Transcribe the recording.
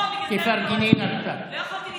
נכון, בגלל זה, תפרגני, לא יכולתי להתאפק,